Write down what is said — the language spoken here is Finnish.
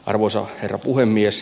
arvoisa herra puhemies